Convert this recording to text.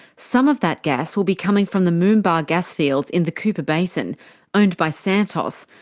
some of that gas will be coming from the moomba gasfields in the cooper basin owned by santos,